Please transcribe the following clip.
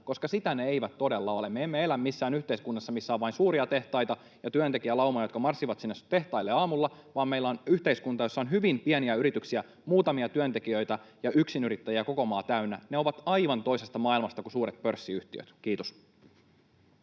koska sitä ne eivät todella ole. Me emme elä missään yhteiskunnassa, missä on vain suuria tehtaita ja työntekijälauma, joka marssii sinne tehtaille aamulla, vaan meillä on yhteiskunta, jossa on hyvin pieniä yrityksiä, muutamia työntekijöitä, ja yksinyrittäjiä on koko maa täynnä. Ne ovat aivan toisesta maailmasta kuin suuret pörssiyhtiöt. — Kiitos.